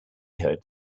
heard